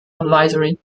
advisory